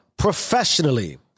Professionally